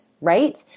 right